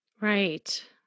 Right